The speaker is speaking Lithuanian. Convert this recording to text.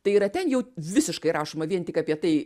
tai yra ten jau visiškai rašoma vien tik apie tai